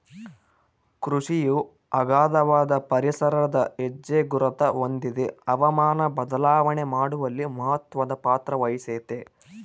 ಕೃಷಿಯು ಅಗಾಧವಾದ ಪರಿಸರದ ಹೆಜ್ಜೆಗುರುತ ಹೊಂದಿದೆ ಹವಾಮಾನ ಬದಲಾವಣೆ ಮಾಡುವಲ್ಲಿ ಮಹತ್ವದ ಪಾತ್ರವಹಿಸೆತೆ